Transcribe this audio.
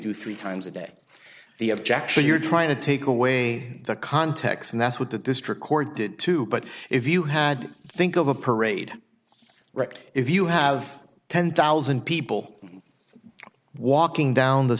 do three times a day the objection you're trying to take away the context and that's what the district court did too but if you had think of a parade right if you have ten thousand people walking down the